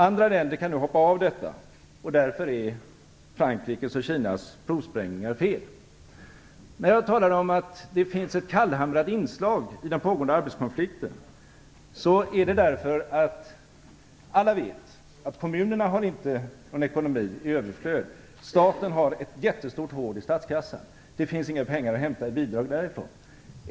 Andra länder kan nu hoppa av detta avtal, och därför är Frankrikes och Kinas provsprängningar fel. När jag talade om att det finns ett kallhamrat inslag i den pågående arbetsmarknadskonflikten var det för att kommunerna som bekant inte har något överflöd i sin ekonomi. Staten har ett jättestort hål i kassan; därifrån finns det inga pengar att hämta i form av bidrag.